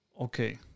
Okay